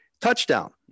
Touchdown